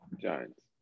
Giants